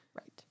Right